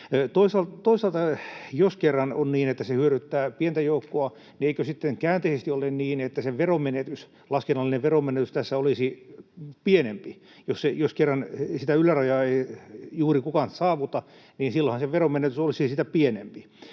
Toisaalta jos kerran on niin, että se hyödyttää pientä joukkoa, niin eikö sitten käänteisesti ole niin, että se laskennallinen veronmenetys tässä olisi pienempi? Jos kerran sitä ylärajaa ei juuri kukaan saavuta, niin silloinhan se veronmenetys olisi sitä pienempi.